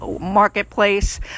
marketplace